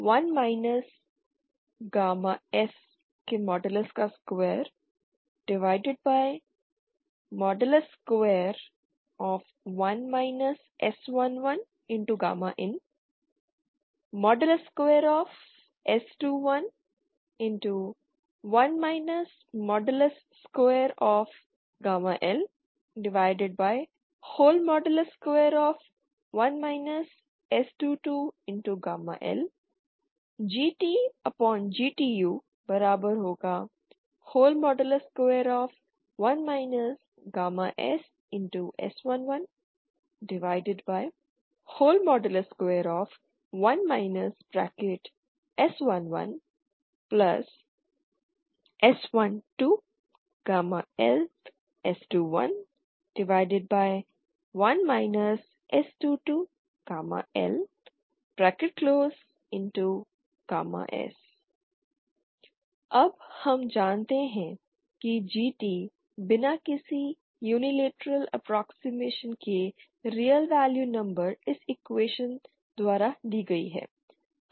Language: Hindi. GT1 S21 S11in2S2121 L21 S22L2 GTGTU1 SS1121 S11S12LS211 S22LS2 अब हम जानते हैं कि GT बिना किसी यूनीलेटरल अप्प्रोक्सिमेशन के रियल वैल्यू नंबर इस इक्वेशन द्वारा दी गई है